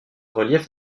relief